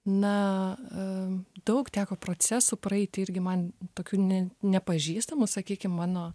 na am daug teko procesų praeiti irgi man tokių ne nepažįstamų sakykim mano